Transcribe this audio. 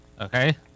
Okay